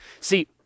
See